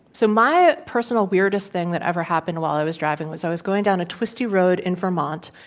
so, my personal weirdest thing that ever happened while i was driving was, i was going down a twisty road in vermont,